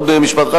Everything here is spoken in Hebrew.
עוד משפט אחד.